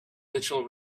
digital